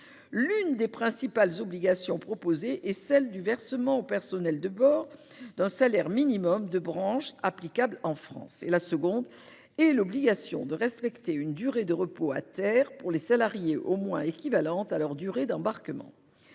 de travail. Ainsi, elle prévoit le versement au personnel de bord du salaire minimum de branche applicable en France, mais aussi l'obligation de respecter une durée de repos à terre pour les salariés au moins équivalente à leur durée d'embarquement.